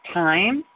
time